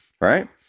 right